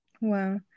Wow